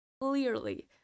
Clearly